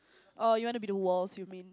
or you want to be the walls you mean